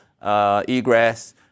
Egress